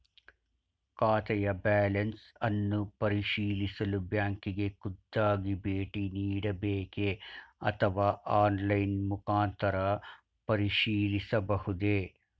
ಖಾತೆಯ ಬ್ಯಾಲೆನ್ಸ್ ಅನ್ನು ಪರಿಶೀಲಿಸಲು ಬ್ಯಾಂಕಿಗೆ ಖುದ್ದಾಗಿ ಭೇಟಿ ನೀಡಬೇಕೆ ಅಥವಾ ಆನ್ಲೈನ್ ಮುಖಾಂತರ ಪರಿಶೀಲಿಸಬಹುದೇ?